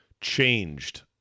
changed